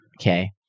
okay